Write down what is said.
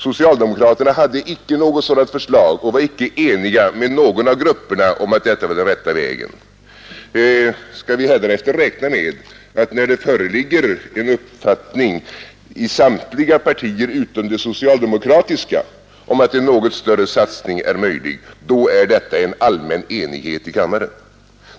Socialdemokraterna hade icke något sådant förslag och var icke eniga med någon av grupperna om att detta var den rätta vägen. Skall vi hädanefter räkna med att när det föreligger en uppfattning i samtliga partier utom det socialdemokratiska om att en något större satsning är möjlig, då är detta en allmän enighet i kammaren?